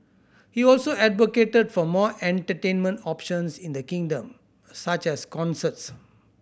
he also advocated for more entertainment options in the kingdom such as concerts